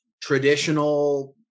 traditional